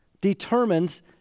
determines